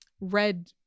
red